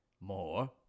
more